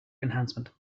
enhancement